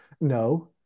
No